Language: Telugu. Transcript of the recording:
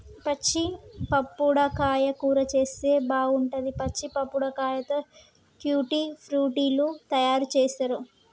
పచ్చి పప్పడకాయ కూర చేస్తే బాగుంటది, పచ్చి పప్పడకాయతో ట్యూటీ ఫ్రూటీ లు తయారు చేస్తారు